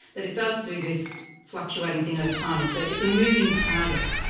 that it does do this fluctuating thing over time. it's ah it's a moving target.